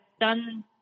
done